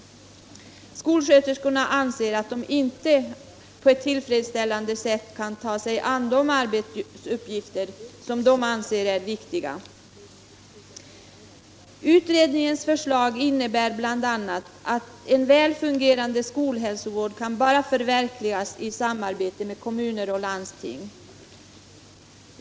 = i religionskunskap i Skolsköterskorna anser att de inte på ett tillfredsställande sätt kan ta grundskolan sig an de arbetsuppgifter som de anser viktiga. Utredningens förslag innebär bl.a. att en väl fungerande skolhälsovård kan förverkligas bara i samarbete mellan kommuner och landsting.